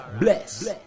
bless